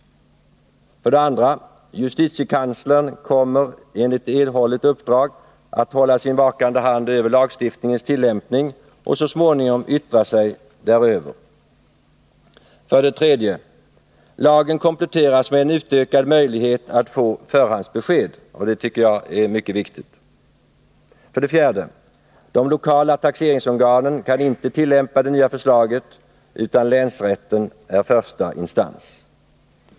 2. Justitiekanslern kommer att enligt erhållet uppdrag hålla sin vakande hand över lagstiftningens tillämpning och så småningom yttra sig däröver. 3. Lagen kompletteras med en utökad möjlighet att få förhandsbesked — och det tycker jag är mycket viktigt. 4. De lokala taxeringsorganen kan inte tillämpa det nya förslaget, utan länsrätten är första instans.